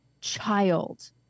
child